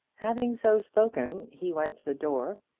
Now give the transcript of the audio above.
having so spoken he went to the door,